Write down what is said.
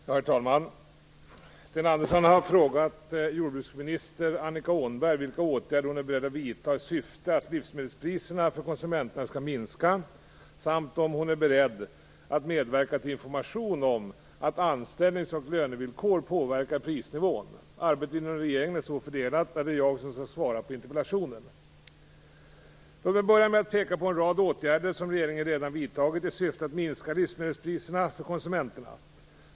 Herr talman! Sten Andersson har frågat jordbruksminister Annika Åhnberg vilka åtgärder hon är beredd att vidta i syfte att lisvmedelspriserna för konsumenterna skall minska samt om hon är beredd att medverka till information om att anställnings och lönevillkor påverkar prisnivån. Arbetet inom regeringen är så fördelat att det är jag som skall svara på interpellationen. Låg mig börja med att peka på en rad åtgärder som regeringen redan vidtagit i syfte att minska livsmedelspriserna för konsumenterna.